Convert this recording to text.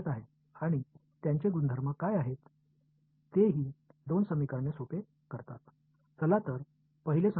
நான் இரண்டு புதிய செயல்பாடுகளை அறிமுகப்படுத்தியுள்ளேன் அவற்றை நான் g1 g2 என்று அழைக்கிறேன்